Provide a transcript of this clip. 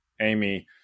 Amy